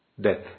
death